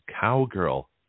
Cowgirl